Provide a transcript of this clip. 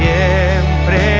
Siempre